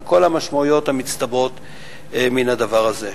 עם כל המשמעויות המצטברות מן הדבר הזה.